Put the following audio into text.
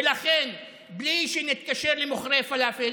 ולכן בלי שנתקשר למוכרי פלאפל,